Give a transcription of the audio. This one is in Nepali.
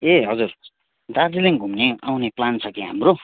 ए हजुर दार्जिलिङ घुम्ने आउने प्लान छ कि हाम्रो